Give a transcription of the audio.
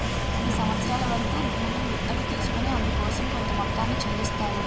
కొన్ని సంవత్సరాల వరకు భూమిని గుత్తకు తీసుకొని అందుకోసం కొంత మొత్తాన్ని చెల్లిస్తారు